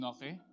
Okay